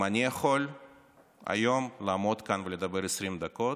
אם אני יכול לעמוד כאן היום ולדבר 20 דקות,